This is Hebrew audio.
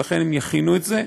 ולכן הם יכינו את זה.